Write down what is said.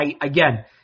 again